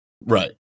Right